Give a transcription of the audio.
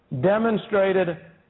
demonstrated